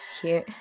Cute